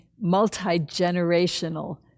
multi-generational